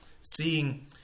Seeing